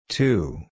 Two